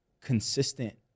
consistent